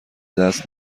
دست